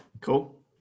Cool